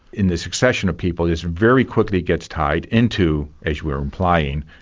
in this succession of people, this very quickly gets tied into as you were implying,